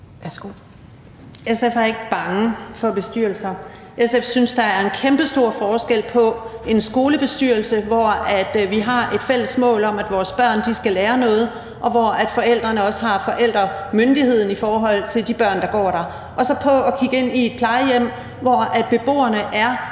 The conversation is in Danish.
(SF): SF er ikke bange for bestyrelser. SF synes, der er en kæmpestor forskel på en skolebestyrelse, hvor vi har et fælles mål om, at vores børn skal lære noget, og hvor forældrene også har forældremyndigheden over de børn, der går der, og så på et plejehjem, hvor beboerne er